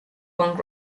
punk